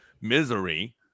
misery